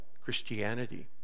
Christianity